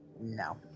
No